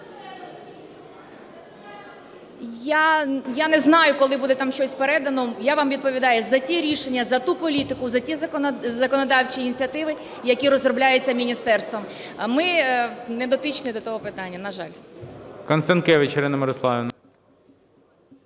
Я не знаю, коли буде там щось передано. Я вам відповідаю за ті рішення, за ту політику, за ті законодавчі ініціативи, які розробляються міністерством. Ми не дотичні до того питання, на жаль.